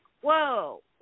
whoa